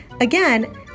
Again